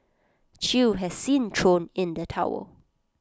chew has since thrown in the towel